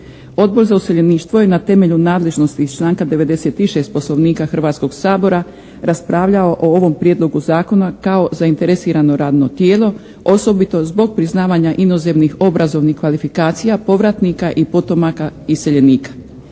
Odbor za useljeništvo je na temelju nadležnosti iz članka 96. Poslovnika Hrvatskog sabora raspravljao o ovom Prijedlogu zakona kao zainteresirano radno tijelo osobito zbog priznavanja inozemnih obrazovnih kvalifikacija povratnika i potomaka iseljenika.